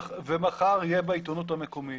ומחר יהיה בעיתונות המקומית